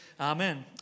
Amen